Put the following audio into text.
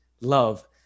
love